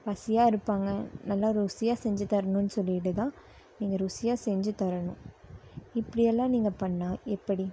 பசியாக இருப்பாங்க நல்லா ருசியாக செஞ்சுத் தரணுன்னு சொல்லிவிட்டு தான் நீங்கள் ருசியாக செஞ்சுத் தரணும் இப்படியெல்லாம் நீங்கள் பண்ணால் எப்படி